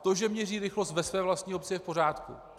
To, že měří rychlost ve své vlastní obci, je v pořádku.